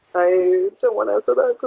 i don't want to answer that.